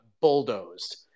bulldozed